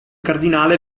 cardinale